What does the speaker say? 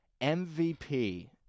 MVP